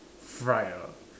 fried ah